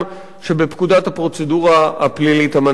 שבפקודת הפרוצדורה הפלילית המנדטורית.